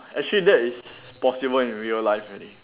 actually that is possible in real life already